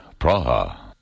Praha